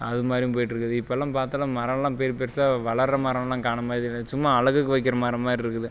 அது மாதிரியும் போய்ட்டுஇருக்கு இப்போலாம் பார்த்தாலே மரம்லாம் பெருசு பெருசாக வளர்கிற மரம்லாம் காணுமே சும்மா அழகுக்கு வைக்கிற மரம் மாதிரி இருக்குது